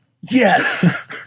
Yes